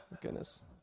goodness